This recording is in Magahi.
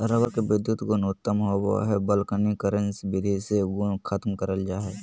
रबर के विधुत गुण उत्तम होवो हय वल्कनीकरण विधि से गुण खत्म करल जा हय